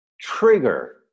trigger